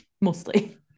Mostly